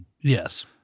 Yes